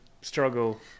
struggle